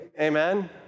Amen